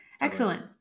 Excellent